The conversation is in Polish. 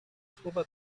słowa